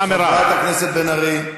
חברת הכנסת בן ארי.